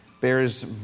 bears